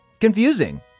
Confusing